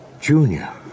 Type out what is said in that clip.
Junior